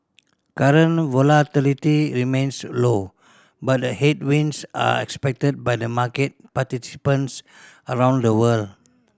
current volatility remains low but headwinds are expected by the market participants around the world